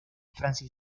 francis